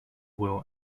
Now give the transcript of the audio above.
will